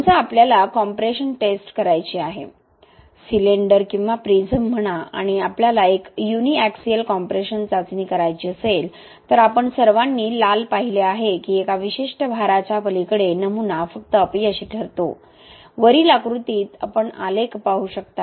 समजा आपल्याला compression test करायची आहे सिलेंडर किंवा प्रिझम म्हणा आणि आपल्याला एक युनिऍक्सिल कॉम्प्रेशन चाचणी करायची असेल तर आपण सर्वांनी लाल पाहिले आहे की एका विशिष्ट भाराच्या पलीकडे नमुना फक्त अपयशी ठरतो वरील आकृतीत आपण आलेख पाहू शकता